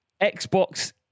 Xbox